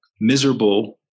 miserable